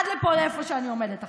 עד לאיפה שאני עומדת עכשיו.